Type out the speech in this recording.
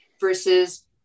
versus